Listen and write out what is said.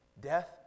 Death